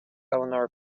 eleanor